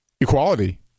Equality